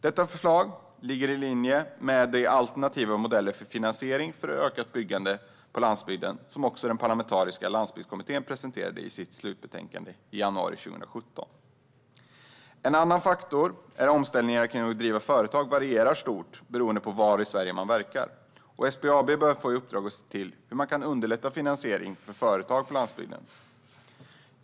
Detta förslag ligger i linje med de alternativa modeller för finansiering av ett ökat byggande på landsbygden som den parlamentariska Landsbygdskommittén presenterade i sitt slutbetänkande i januari 2017. En annan faktor är att omständigheterna kring att driva företag varierar stort beroende på var i Sverige man verkar. SBAB bör få i uppdrag att se över hur man kan underlätta finansiering för företag på landsbygden.